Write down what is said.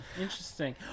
Interesting